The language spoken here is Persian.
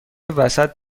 وسط